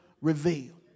revealed